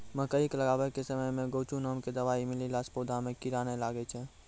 मकई के लगाबै के समय मे गोचु नाम के दवाई मिलैला से पौधा मे कीड़ा नैय लागै छै?